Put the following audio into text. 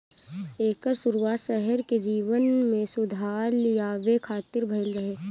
एकर शुरुआत शहर के जीवन में सुधार लियावे खातिर भइल रहे